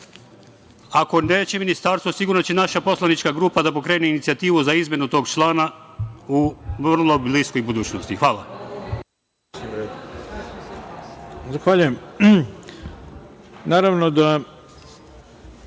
Ako neće ministarstvo sigurno će naša poslanička grupa da pokrene inicijativu za izmenu tog člana u vrlo bliskoj budućnosti. Hvala